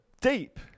deep